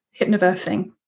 hypnobirthing